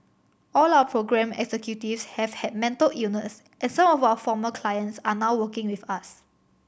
all our programme executives have had mental illness and some of our former clients are now working with us